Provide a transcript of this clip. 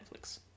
Netflix